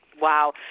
Wow